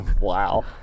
Wow